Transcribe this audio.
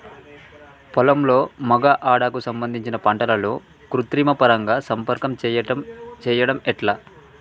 పొలంలో మగ ఆడ కు సంబంధించిన పంటలలో కృత్రిమ పరంగా సంపర్కం చెయ్యడం ఎట్ల?